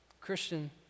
Christian